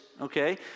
okay